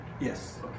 Yes